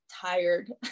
tired